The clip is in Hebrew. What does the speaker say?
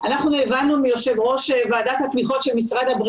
אבל בכל אופן עד שלא נשמע את זה באוזן שלנו,